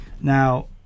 Now